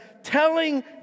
telling